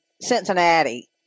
Cincinnati